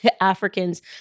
Africans